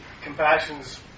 Compassion's